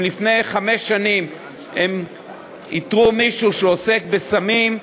אם לפני חמש שנים הם איתרו מישהו שעוסק בסמים,